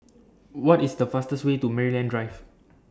What IS The fastest Way to Maryland Drive